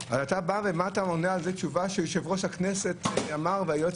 אז אתה עונה שיו"ר הכנסת אמר והיועץ